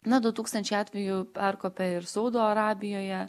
na du tūkstančiai atvejų perkopė ir saudo arabijoje